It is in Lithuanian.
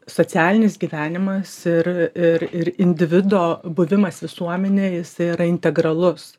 socialinis gyvenimas ir ir ir individo buvimas visuomenėj jisai yra integralus